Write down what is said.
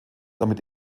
damit